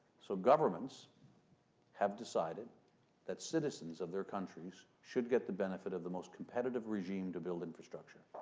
so, governments have decided that citizens of their countries should get the benefit of the most competitive regime to build infrastructure.